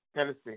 Tennessee